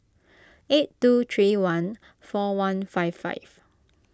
eight two three one four one five five